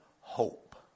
hope